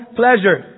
pleasure